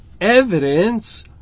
evidence